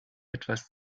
etwas